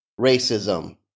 racism